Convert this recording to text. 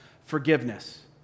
forgiveness